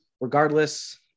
Regardless